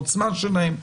העוצמה שלהם,